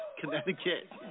Connecticut